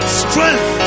strength